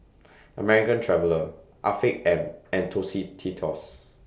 American Traveller Afiq M and Tostitos